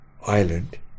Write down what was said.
island